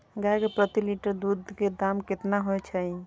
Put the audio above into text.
गाय के प्रति लीटर दूध के दाम केतना होय के चाही?